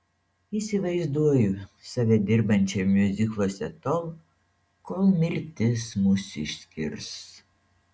įsivaizduoju save dirbančią miuzikluose tol kol mirtis mus išskirs